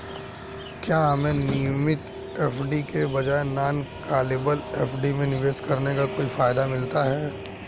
क्या हमें नियमित एफ.डी के बजाय नॉन कॉलेबल एफ.डी में निवेश करने का कोई फायदा मिलता है?